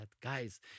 Guys